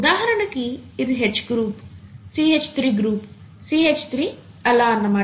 ఉదాహరణకి ఇది H group CH3 group CH3 అలా అన్నమాట